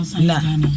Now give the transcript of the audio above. No